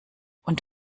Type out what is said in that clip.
und